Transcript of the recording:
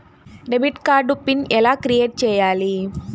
Debit card PIN ఎలా create చెయ్యాలి?